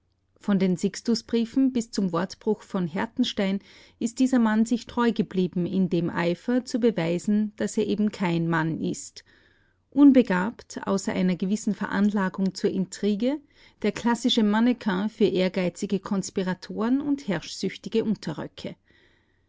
von den sixtus-briefen bis zum wortbruch von hertenstein ist dieser mann sich treu geblieben in dem eifer zu beweisen daß er eben kein mann ist unbegabt außer einer gewissen veranlagung zur intrigue der klassische mannequin für ehrgeizige konspiratoren und herrschsüchtige unterröcke